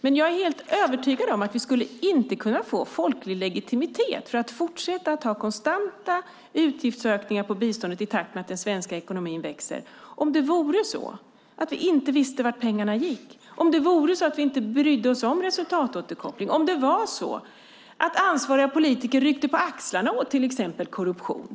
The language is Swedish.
Jag är dock helt övertygad om att vi inte skulle kunna få folklig legitimitet för att fortsätta ha konstanta utgiftsökningar på biståndet i takt med att den svenska ekonomin växer om vi inte visste vart pengarna gick och inte brydde oss om resultatåterkoppling utan att ansvariga politiker ryckte på axlarna åt till exempel korruption.